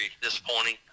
disappointing